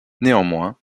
néanmoins